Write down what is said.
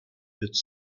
its